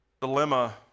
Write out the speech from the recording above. Dilemma